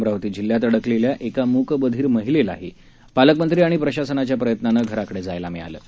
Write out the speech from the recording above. अमरावती जिल्ह्यात अडकलेल्या एक मूक बधीर महिलेलाही पालकमंत्री आणि प्रशासनाच्या प्रयत्नानं घराकडे जायला मिळालं आहे